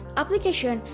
application